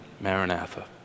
Maranatha